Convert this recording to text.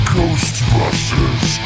Ghostbusters